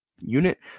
unit